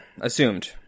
assumed